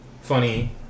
funny